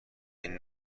این